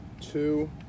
Two